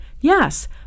Yes